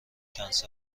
کنسل